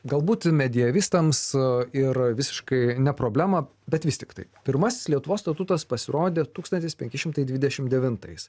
galbūt mediavistams ir visiškai ne problema bet vis tiktai pirmasis lietuvos statutas pasirodė tūkstantis penki šimtai dvidešim devintais